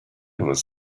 was